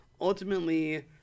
ultimately